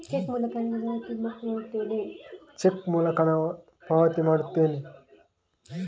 check ಮೂಲಕ ಹಣ ಪಾವತಿ ಮಾಡುತ್ತೇನೆ